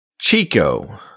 Chico